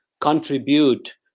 contribute